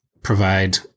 provide